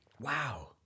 Wow